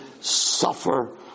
suffer